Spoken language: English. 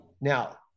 Now